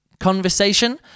conversation